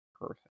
perfect